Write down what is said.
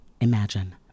Imagine